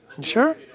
Sure